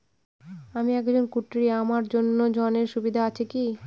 আমি একজন কট্টি আমার জন্য ঋণের সুবিধা আছে কি?